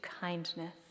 kindness